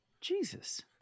Jesus